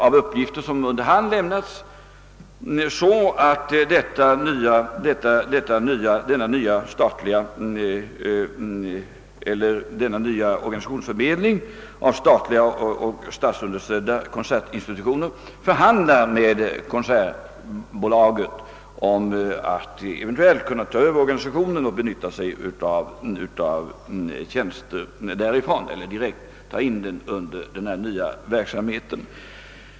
Av uppgifter som under hand lämnats framgår även att denna nya <organisationsförmedling, omfattande statliga och statsunderstödda konsertinstitutioner, förhandlar med Konsertbolaget om att eventuellt nyttja tjänster från dess organisation eller direkt föra in denna under den nya verksamheten.